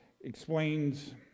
explains